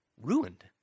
ruined